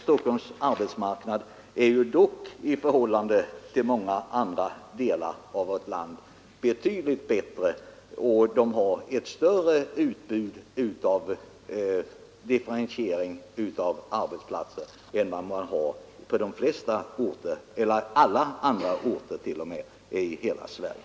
Stockholms arbetsmarknad har en större differentiering av arbetsplatser än man har på de flesta andra orter i Sverige.